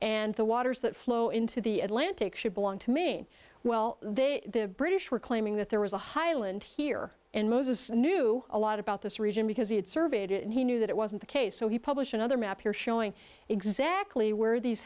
and the waters that flow into the atlantic should belong to me well they the british were claiming that there was a highland here and moses knew a lot about this region because he had surveyed it and he knew that it wasn't the case so he published another map here showing exactly where these